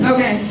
Okay